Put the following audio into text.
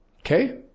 Okay